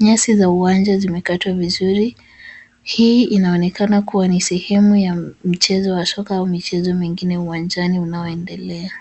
Nyasi za uwanja zimekatwa vizuri. Hii inaonekana kuwa ni sehemu ya mchezo wa soka au mchezo mwingine wa uwanjani unaoendelea.